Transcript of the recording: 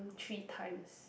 three times